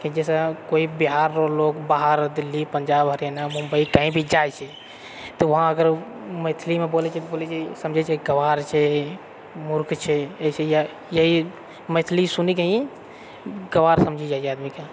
कीआकि जैसे कोइ बिहारके लोग बाहर दिल्ली पञ्जाब हरियाणा मुम्बई कही भी जाइत छेै तऽ वहाँ अगर मैथिलीमे बोलैछै तऽ बोलैछै समझै छै गँवारछै मूर्खछै होइत छै इएह मैथिली सुनिके ही गँवार समझि जाइत आदमीकेँ